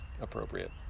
appropriate